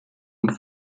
und